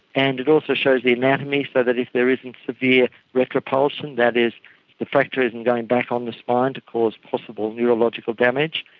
and it also shows is the anatomy so that if there isn't severe retropulsion, that is the fracture isn't going back on the spine to cause possible neurological damage,